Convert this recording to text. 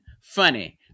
funny